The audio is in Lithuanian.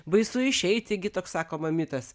baisu išeiti gi toks sakoma mitas